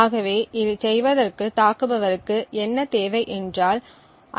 ஆகவே இதைச் செய்வதற்கு தாக்குபவருக்கு என்ன தேவை என்றால் ஐ